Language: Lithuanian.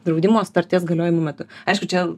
draudimo sutarties galiojimo metu aišku čia